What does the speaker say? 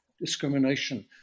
discrimination